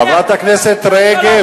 חברת הכנסת רגב.